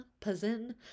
Pazin